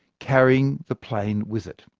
carrying the plane with it.